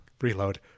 reload